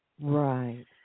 Right